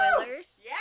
spoilers